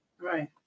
right